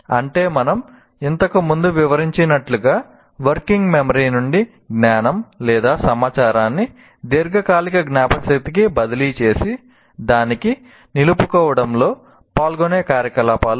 అంటే మనం ఇంతకుముందు వివరించినట్లుగా వర్కింగ్ మెమరీ నుండి జ్ఞానం లేదా సమాచారాన్ని దీర్ఘకాలిక జ్ఞాపకశక్తికి బదిలీ చేసి దానిని నిలుపుకోవడంలో పాల్గొనే కార్యకలాపాలు